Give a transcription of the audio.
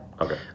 Okay